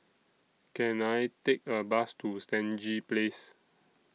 Can I Take A Bus to Stangee Place